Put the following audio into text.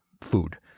food